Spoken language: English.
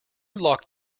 locked